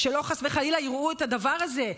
שחס וחלילה לא יראו את הדבר הזה,